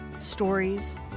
stories